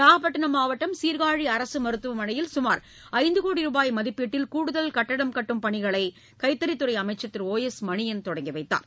நாகப்பட்டினம் மாவட்டம் சீர்காழி அரசு மருத்துவமனையில் சுமார் ஐந்து கோடி ரூபாய் மதிப்பீட்டில் கூடுதல் கட்டிடம் கட்டும் பணிகளை கைத்தறித்துறை அமைச்சர் திரு ஒ எஸ் மணியன் தொடங்கி வைத்தார்